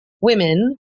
women